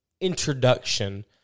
introduction